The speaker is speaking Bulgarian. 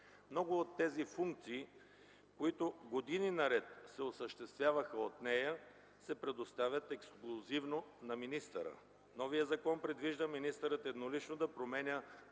Много от тези функции, които години наред се осъществяваха от нея, се предоставят ексклузивно на министъра. Новият закон предвижда министърът еднолично да променя